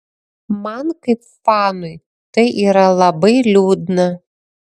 man kaip fanui tai yra labai liūdna